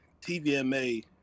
TVMA